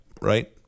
Right